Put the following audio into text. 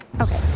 okay